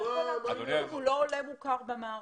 הוא לא עולה מוכר במערכת.